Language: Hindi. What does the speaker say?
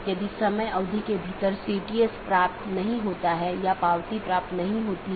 अगला राउटर 3 फिर AS3 AS2 AS1 और फिर आपके पास राउटर R1 है